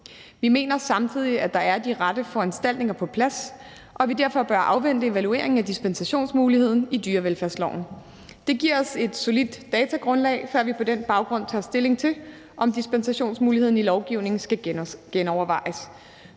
Vi mener samtidig, at der er de rette foranstaltninger på plads, og at vi derfor bør afvente evalueringen af dispensationsmuligheden i dyrevelfærdsloven. Det giver os et solidt datagrundlag, før vi på den baggrund tager stilling til, om dispensationsmuligheden i lovgivningen skal genovervejes.